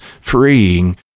freeing